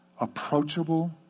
approachable